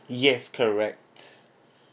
yes correct